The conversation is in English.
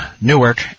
Newark